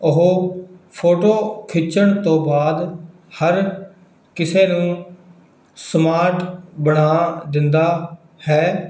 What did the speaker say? ਉਹ ਫੋਟੋ ਖਿੱਚਣ ਤੋਂ ਬਾਅਦ ਹਰ ਕਿਸੇ ਨੂੰ ਸਮਾਰਟ ਬਣਾ ਦਿੰਦਾ ਹੈ